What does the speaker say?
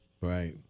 Right